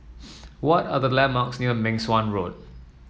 what are the landmarks near Meng Suan Road